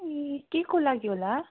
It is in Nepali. ए के को लागि होला